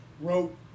wrote